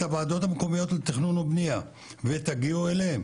את הוועדות המקומיות לתכנון ובנייה ותגיעו אליהם